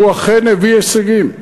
והוא אכן הביא הישגים.